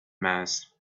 mass